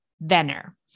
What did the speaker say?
Venner